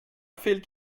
fehlt